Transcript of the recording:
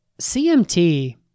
CMT